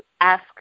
ask